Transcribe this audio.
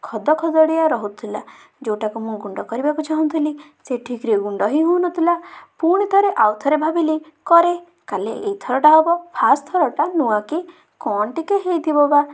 ଖଦ ଖଦଡ଼ିଆ ରହୁଥିଲା ଯେଉଁଟାକୁ ମୁଁ ଗୁଣ୍ଡ କରିବାକୁ ଚାହୁଁଥିଲି ସେ ଠିକ୍ରେ ଗୁଣ୍ଡ ହିଁ ହେଉନଥିଲା ପୁଣିଥରେ ଆଉ ଥରେ ଭାବିଲି କରେ କାଳେ ଏଇଥରଟା ହବ ଫାର୍ଷ୍ଟ ଥରଟା ନୂଆକି କ'ଣ ଟିକିଏ ହେଇଥିବ ବା